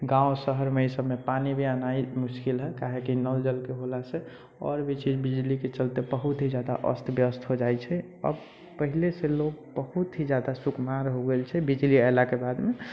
गाम शहरमे ईसभमे पानि भी आना मुश्किल हइ काहेकि नल जलके होलासँ आओर भी चीज बिजलीके चलते बहुत ही ज्यादा अस्त व्यस्त हो जाइ छै अब पहिनेसँ लोग बहुत ही ज्यादा सुकुमार हो गेल छै बिजली अयलाके बादमे